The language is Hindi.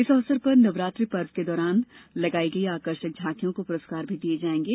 इस अवसर पर नवरात्र पर्व के दौरान लगाई गई आकर्षक झांकियों को पुरस्कार भी दिये जायेंगे